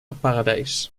paradijs